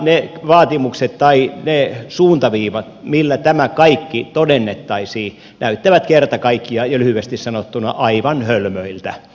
ne vaatimukset tai ne suuntaviivat millä tämä kaikki todennettaisiin näyttävät kerta kaikkiaan ja lyhyesti sanottuna aivan hölmöiltä